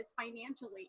financially